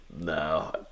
No